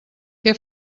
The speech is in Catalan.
què